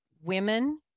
women